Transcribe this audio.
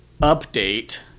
update